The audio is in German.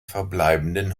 verbliebenen